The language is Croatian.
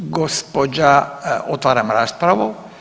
Gospođa, otvaram raspravu.